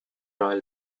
royal